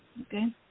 Okay